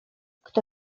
kto